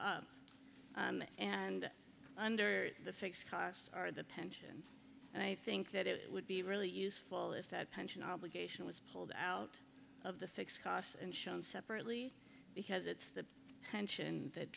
and under the fixed costs are the pension and i think that it would be really useful if that pension obligation was pulled out of the fixed costs and shown separately because it's the pension that